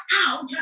out